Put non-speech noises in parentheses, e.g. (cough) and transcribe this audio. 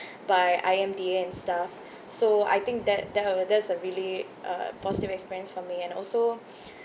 by I_M_D_A and stuff so I think that that that's a really uh positive experience for me and also (breath)